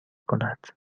کند